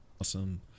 awesome